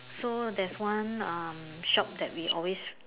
so there's one um shop that we always